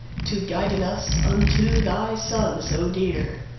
to guiden us unto thy son so dear.